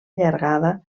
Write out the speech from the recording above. llargada